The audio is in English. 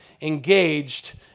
engaged